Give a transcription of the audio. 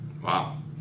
Wow